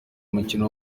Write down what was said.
umukino